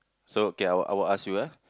so okay I will I will ask you ah